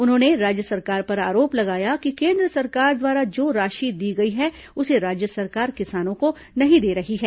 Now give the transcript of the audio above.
उन्होंने राज्य सरकार पर आरोप लगाया कि केन्द्र सरकार द्वारा जो राशि दी गई है उसे राज्य सरकार किसानों को नहीं दे रही है